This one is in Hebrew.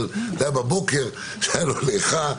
זה היה בבוקר כשהייתה לו ליחה.